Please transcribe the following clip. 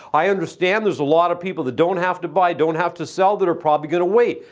i understand there's a lot of people that don't have to buy, don't have to sell, that are probably gonna wait.